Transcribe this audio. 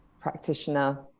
practitioner